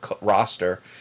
roster